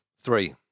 Three